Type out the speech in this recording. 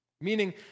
meaning